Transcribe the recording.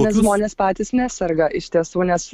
nes žmonės patys neserga iš tiesų nes